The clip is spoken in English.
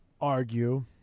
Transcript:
argue